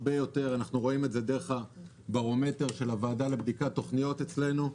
אנחנו רואים את זה דרך הברומטר של הוועדה לבדיקת תכניות אצלנו.